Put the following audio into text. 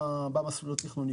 במסלול התכנוני.